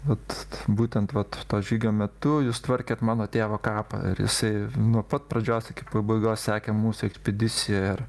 vat t būtent to žygio metu jūs tvarkėt mano tėvo kapą ir jisai nuo pat pradžios iki pabaigos sekė mūsų ekspedisiją ir